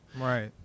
Right